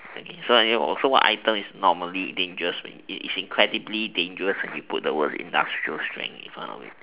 okay so what items is normally dangerous incredibly dangerous when you put the word industrial strength in front of it